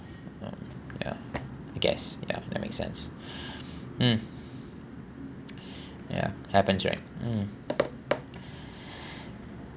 um ya I guess ya that makes sense mm ya happens right mm